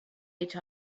each